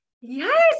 Yes